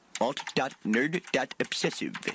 Alt.nerd.obsessive